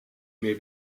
may